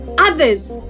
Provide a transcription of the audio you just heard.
others